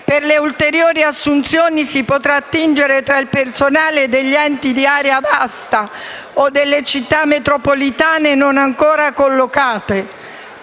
per le ulteriori assunzioni, si potrà attingere tra il personale degli enti di area vasta o delle città metropolitane non ancora collocate.